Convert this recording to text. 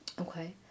okay